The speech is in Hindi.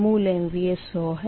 मूल MVA 100 है